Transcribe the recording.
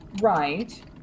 Right